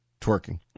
twerking